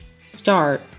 start